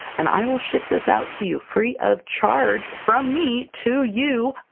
and i will ship this out to you, free of charge, from me to you!